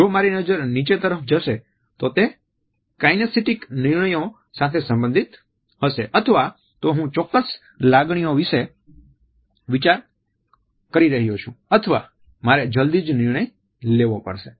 જો મારી નજર નીચે તરફ જશે તો તે કાઈનેસીટીક નિર્ણયો સાથે સંબંધિત હશે અથવા તો હું ચોક્કસ લાગણીઓ વિશે વિચારી રહ્યો છું અથવા મારે જલ્દી જ નિર્ણય લેવો પડશે